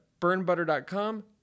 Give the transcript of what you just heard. burnbutter.com